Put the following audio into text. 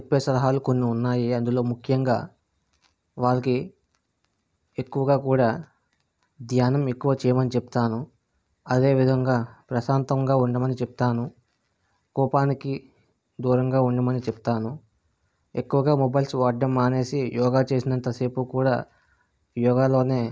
చెప్పే సలహాలు కొన్ని ఉన్నాయి అందులో ముఖ్యంగా వాళ్లకి ఎక్కువగా కూడా ధ్యానం ఎక్కువ చేయమని చెప్తాను అదే విధంగా ప్రశాంతంగా ఉండమని చెప్తాను కోపానికి దూరంగా ఉండమని చెప్తాను ఎక్కువగా మొబైల్స్ వాడడం మానేసి యోగా చేసినంత సేపు కూడా యోగాలోనే